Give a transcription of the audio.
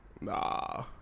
Nah